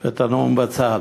ואת הנאום בצד.